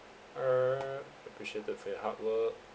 err appreciated for your hard work